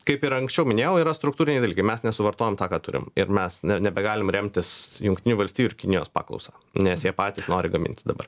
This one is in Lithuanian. kaip ir anksčiau minėjau yra struktūriniai dalykai mes nesuvartojam tą ką turim ir mes nebegalim remtis jungtinių valstijų ir kinijos paklausa nes jie patys nori gaminti dabar